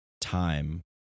time